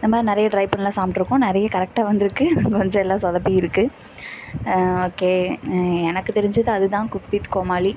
அதுமாதிரி நிறைய ட்ரை பண்ணியெலாம் சாப்பிட்ருக்கோம் நிறைய கரெக்டாக வந்திருக்கு கொஞ்சம் எல்லாம் சொதப்பியும் இருக்குது ஓகே எனக்கு தெரிஞ்சது அது தான் குக்கு வித் கோமாளி